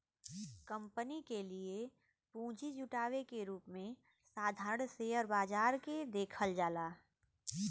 company के लिए पूंजी जुटावे के रूप में साधारण शेयर बाजार के देखल जाला